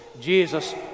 Jesus